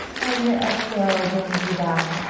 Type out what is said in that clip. and your exhale brings you back